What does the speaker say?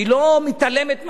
היא לא מתעלמת מהעניין,